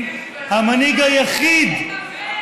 שיננת יפה.